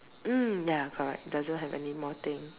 mm ya correct it doesn't have anymore thing